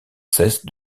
cesse